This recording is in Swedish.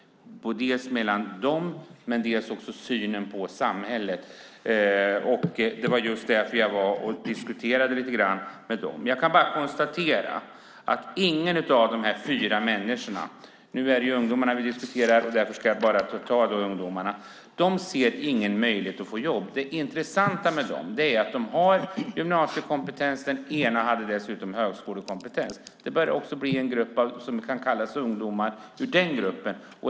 Det gäller dels mellan de här människorna, dels när det gäller synen på samhället. Det var just därför jag var hos dem och diskuterade lite grann. Jag kan bara konstatera att ingen av de här fyra människorna - men nu är det ju ungdomar vi diskuterar och därför ska jag bara tala om dem - ser någon möjlighet att få jobb. Det intressanta med dem är att de har gymnasiekompetens. Den ena har dessutom högskolekompetens. Det börjar också bildas en grupp med sådana ungdomar.